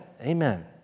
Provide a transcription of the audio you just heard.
amen